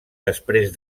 després